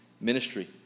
ministry